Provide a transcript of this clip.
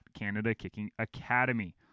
canadakickingacademy